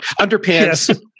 Underpants